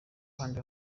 kandi